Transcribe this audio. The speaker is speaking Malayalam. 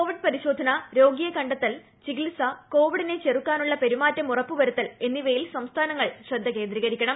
കോവിഡ് പരിശോധന രോഗിയെ കണ്ടെത്തൽ ചികിത്സ കോവിഡിനെ ചെറുക്കാനുള്ള പെരുമാറ്റം ഉറപ്പുവരുത്തൽ എന്നിവയിൽ സംസ്ഥാനങ്ങൾ ശ്രദ്ധകേന്ദ്രീകരിക്കണം